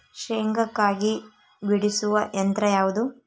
ಶೇಂಗಾಕಾಯಿ ಬಿಡಿಸುವ ಯಂತ್ರ ಯಾವುದು?